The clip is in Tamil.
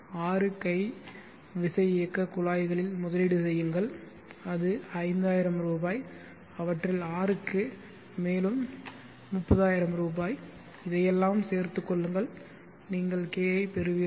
6 கை விசையியக்கக் குழாய்களில் முதலீடு செய்யுங்கள் அது 5000 ரூபாய் அவற்றில் 6 க்கு மேலும் 30000 இதையெல்லாம் சேர்த்துக் கொள்ளுங்கள் நீங்கள் K ஐப் பெறுவீர்கள்